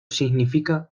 significa